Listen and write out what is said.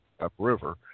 upriver